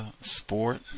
sport